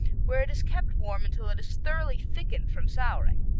where it is kept warm until it is thoroughly thickened from souring.